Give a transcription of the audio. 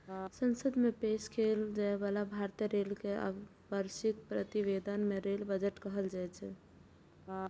संसद मे पेश कैल जाइ बला भारतीय रेल केर वार्षिक प्रतिवेदन कें रेल बजट कहल जाइत रहै